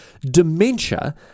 dementia